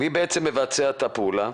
מי בעצם מבצע את הפעולה?